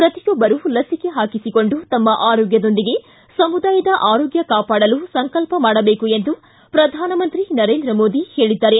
ಪ್ರತಿಯೊಬ್ಬರು ಲಸಿಕೆ ಹಾಕಿಸಿಕೊಂಡು ತಮ್ಮ ಆರೋಗ್ದದೊಂದಿಗೆ ಸಮುದಾಯದ ಆರೋಗ್ದ ಕಾಪಾಡಲು ಸಂಕಲ್ಪ ಮಾಡಬೇಕು ಎಂದು ಪ್ರಧಾನಮಂತ್ರಿ ನರೇಂದ್ರ ಮೋದಿ ಹೇಳಿದ್ದಾರೆ